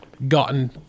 Gotten